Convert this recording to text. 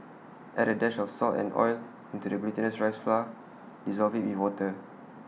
add A dash of salt and oil into the glutinous rice flour dissolve IT with water